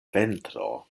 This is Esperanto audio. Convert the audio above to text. ventro